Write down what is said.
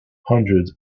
hundreds